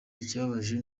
ikibabaje